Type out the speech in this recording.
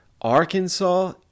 Arkansas